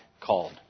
called